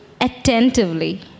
attentively